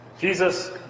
Jesus